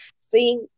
See